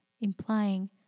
implying